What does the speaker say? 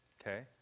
okay